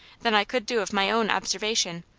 than i could do of my own observation,